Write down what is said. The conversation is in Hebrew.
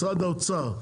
משרד האוצר,